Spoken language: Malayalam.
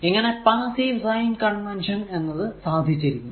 ഇങ്ങനെ പാസ്സീവ് സൈൻ കൺവെൻഷൻ എന്നത് സാധിച്ചിരിക്കുന്നു